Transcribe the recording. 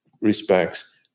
respects